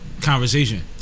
conversation